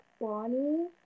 Bonnie